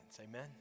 Amen